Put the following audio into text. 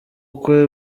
ubukwe